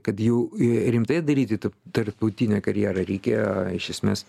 kad jau rimtai daryti tarptautinę karjerą reikėjo iš esmės